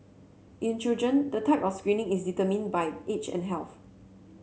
in children the type of screening is determined by age and health